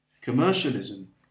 commercialism